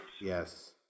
Yes